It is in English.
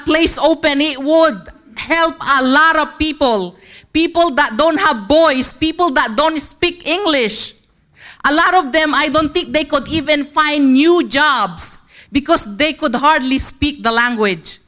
place open it would help a lot of people people that don't have boys people that don't speak english a lot of them i don't think they could even find new jobs because they could hardly speak the language